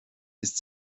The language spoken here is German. ist